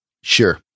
Sure